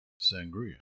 sangria